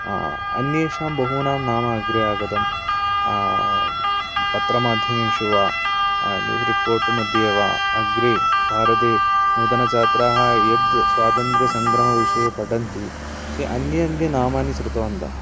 अन्येषां बहूनां नाम अग्रे आगतं पत्रमाध्यमेषु वा न्यूस् रिपोर्ट् मध्ये वा अग्रे भारते नूतनछात्राः यद् स्वातन्त्र्यसङ्ग्रमविषये पठन्ति ते अन्ये अन्ये नामानि श्रुतवन्तः